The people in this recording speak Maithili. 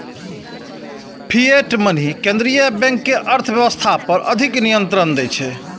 फिएट मनी केंद्रीय बैंक कें अर्थव्यवस्था पर अधिक नियंत्रण दै छै